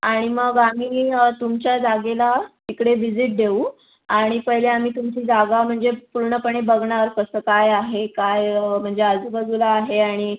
आणि मग आम्ही तुमच्या जागेला तिकडे व्हिजिट देऊ आणि पहिले आम्ही तुमची जागा म्हणजे पूर्णपणे बघणार कसं काय आहे काय म्हणजे आजूबाजूला आहे आणि